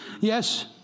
Yes